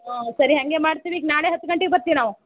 ಊಂ ಸರಿ ಹಾಗೇ ಮಾಡ್ತೀವಿ ಈಗ ನಾಳೆ ಹತ್ತು ಗಂಟಿಗೆ ಬತ್ತೀವಿ ನಾವು